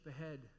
ahead